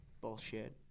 Bullshit